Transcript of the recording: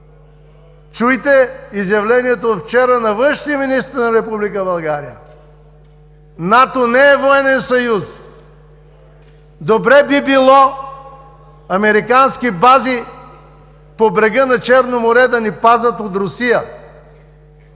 Чуйте изявлението вчера на външния министър на Република България: „НАТО не е военен съюз. Добре би било американски бази по брега на Черно море да ни пазят от Русия“.